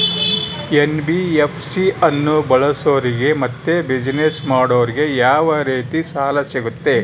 NBFC ಅನ್ನು ಬಳಸೋರಿಗೆ ಮತ್ತೆ ಬಿಸಿನೆಸ್ ಮಾಡೋರಿಗೆ ಯಾವ ರೇತಿ ಸಾಲ ಸಿಗುತ್ತೆ?